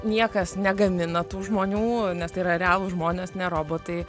niekas negamina tų žmonių nes tai yra realūs žmonės ne robotai